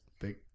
big